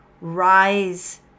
rise